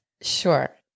Sure